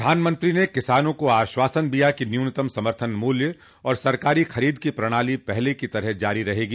प्रधानमंत्री ने किसानों को आश्वासन दिया कि न्यूनतम समर्थन मूल्य और सरकारी खरीद की प्रणाली पहले की तरह जारी रहेगी